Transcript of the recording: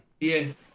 Yes